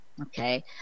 okay